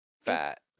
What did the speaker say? fat